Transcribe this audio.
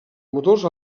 motors